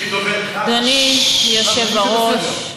אדוני היושב בראש,